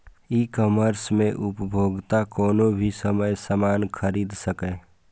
ई commerce मे उपभोक्ता कोनो भी समय सामान खरीद सकैए